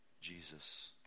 Jesus